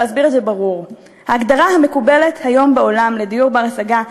ולהסביר את זה ברור: ההגדרה המקובלת היום בעולם ל "דיור בר-השגה"